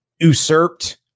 usurped